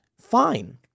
fine